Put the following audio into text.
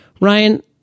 Ryan